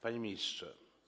Panie Ministrze!